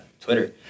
Twitter